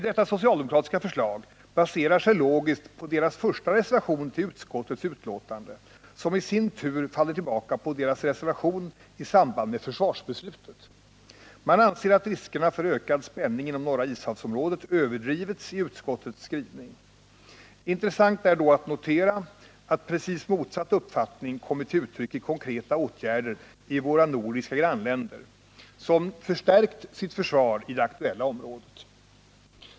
Detta socialdemokratiska förslag baserar sig logiskt på socialdemokraternas första reservation vid utskottets betänkande som i sin tur faller tillbaka på deras reservation i samband med försvarsbeslutet. Man anser att riskerna för ökad spänning inom Norra Ishavs-området överdrivits i utskottets skrivning. Intressant är då att notera att precis motsatt uppfattning kommit till uttryck i konkreta åtgärder i våra nordiska grannländer, som förstärkt sitt försvar i det aktuella området.